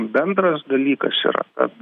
bendras dalykas yra kad